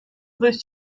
this